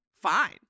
fine